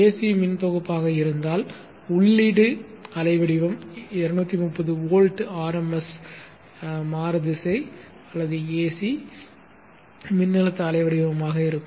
AC மின்தொகுப்பாக இருந்தால் உள்ளீட்டு அலை வடிவம் 230 வோல்ட் ஆர்எம்எஸ் மாறுதிசை மின்னழுத்த அலை வடிவமாக இருக்கும்